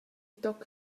toc